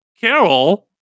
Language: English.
Carol